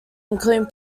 including